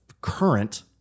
current